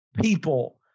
people